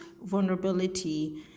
vulnerability